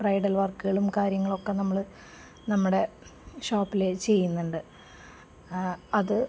bridal വർക്കുകളും കാര്യങ്ങളൊക്കെ നമ്മൾ നമ്മുടെ ഷോപ്പിൽ ചെയ്യുന്നുണ്ട് അത്